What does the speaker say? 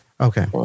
Okay